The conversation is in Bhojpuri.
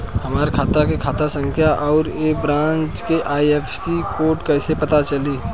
हमार खाता के खाता संख्या आउर ए ब्रांच के आई.एफ.एस.सी कोड कैसे पता चली?